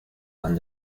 van